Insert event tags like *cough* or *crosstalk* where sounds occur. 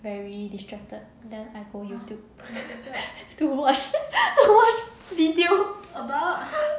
very distracted then I go youtube *laughs* to watch to watch video *laughs*